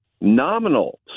nominal